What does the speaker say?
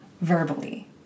verbally